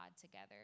together